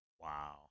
Wow